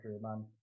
man